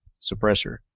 suppressor